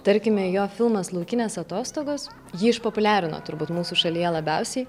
tarkime jo filmas laukinės atostogos jį išpopuliarino turbūt mūsų šalyje labiausiai